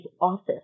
office